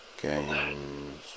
games